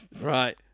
right